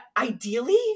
ideally